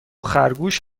خرگوش